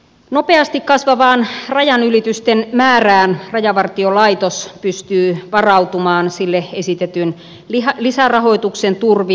nopeasti kasvavaan rajanylitysten määrään rajavartiolaitos pystyy varautumaan sille esitetyn lisärahoituksen turvin